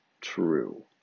true